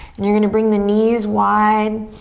and you're gonna bring the knees wide.